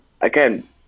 Again